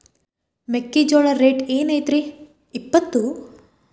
ಮೆಕ್ಕಿಜೋಳ ರೇಟ್ ಏನ್ ಐತ್ರೇ ಇಪ್ಪತ್ತು?